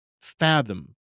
fathom